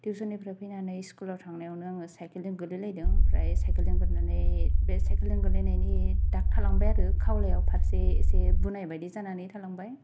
टिउसननिफ्राय फैनानै स्कुलाव थांनायावनो आङो साइकेलजों गोलैलायदों ओमफ्राय साइकेलजों गोलैनानै बे साइकेलजों गोलैनायनि दाग थालांबाय आरो खावलायाव फारसे एसे बुनाय बायदि जानानै थालांबाय